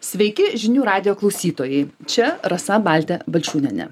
sveiki žinių radijo klausytojai čia rasa baltė balčiūnienė